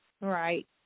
Right